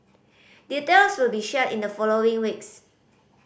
details will be shared in the following weeks